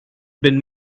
been